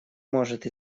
может